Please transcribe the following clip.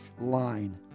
line